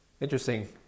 Interesting